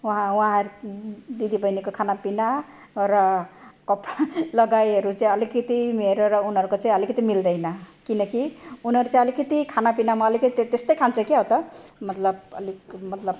उहाँ उहाँ दिदी बहिनीको खानापिना र कपडा लगाइहरू चाहिँ अलिकति मेरो र उनीहरूको चाहिँ अलिकति मिल्दैन किनकि उनीहरू चाहिँ अलिकति खानापिनामा अलिकति त्यस्तै खान्छ क्याउ त मतलब अलिक मतलब